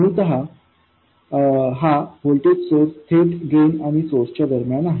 मूलतः हा voltage source थेट ड्रेन आणि सोर्स च्या दरम्यान आहे